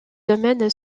domaine